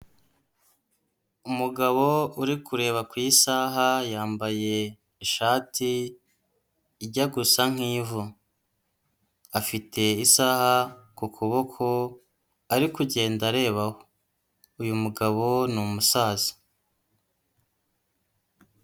Umugabo uri kureba ku isaha yambaye ishati ijya gusa nki'vu, afite isaha ku kuboko ari kugenda arebaho, uyu mugabo ni umusaza.